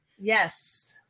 yes